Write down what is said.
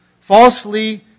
falsely